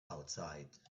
outside